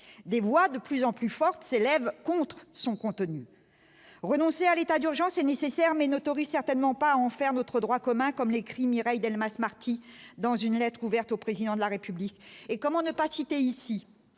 des voix de plus en plus forte s'élève contre son contenu renoncer à l'état d'urgence nécessaire mais n'autorise certainement pas en faire notre droit commun comme l'écrit Mireille Delmas-Marty dans une lettre ouverte au président de la République et comment ne pas citer ici